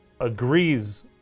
agrees